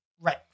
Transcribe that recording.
right